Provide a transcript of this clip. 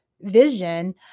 vision